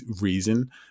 reason